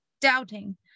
doubting